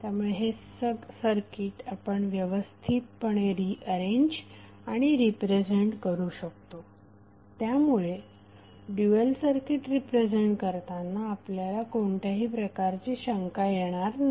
त्यामुळे हे सर्किट आपण व्यवस्थितपणे रीअरेंज आणि रिप्रेझेंट करू शकतो त्यामुळे ड्यूएल सर्किट रिप्रेझेंट करताना आपल्याला कोणत्याही प्रकारची शंका येणार नाही